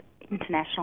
International